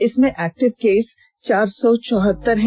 इसमें active case चार सौ चौहत्तर है